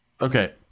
Okay